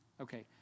Okay